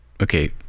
okay